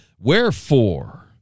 Wherefore